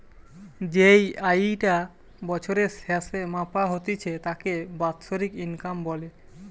যেই আয়ি টা বছরের স্যাসে মাপা হতিছে তাকে বাৎসরিক ইনকাম বলে